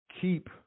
keep